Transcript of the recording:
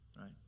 right